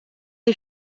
des